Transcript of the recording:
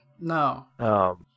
No